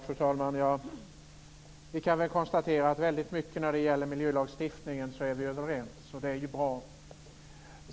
Fru talman! Vi kan konstatera att vi är överens om väldigt mycket när det gäller miljölagstiftningen. Det är ju bra.